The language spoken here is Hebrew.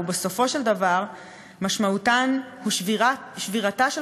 ובסופו של דבר משמעותן הוא שבירתה של